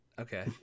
Okay